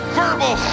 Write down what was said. verbal